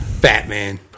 Batman